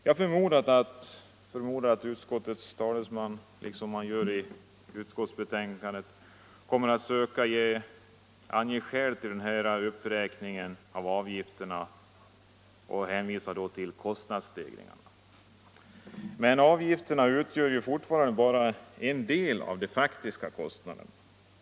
Jag förmodar att utskottets talesman, liksom man gör i utskottsbetänkandet, kommer att söka ange skäl till uppräkningen av avgifterna och hänvisa till kostnadsstegringar. Men avgifterna utgör fortfarande bara en del av de faktiska kostnaderna.